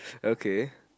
okay